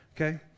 Okay